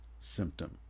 symptom